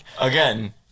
Again